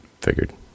figured